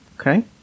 Okay